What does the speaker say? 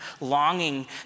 longing